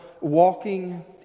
walking